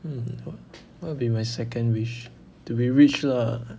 hmm what will be my second wish to be rich lah